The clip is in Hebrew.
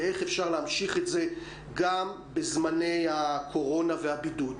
ואיך אפשר להמשיך את זה גם בזמני הקורונה והבידוד.